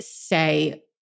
say